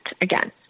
again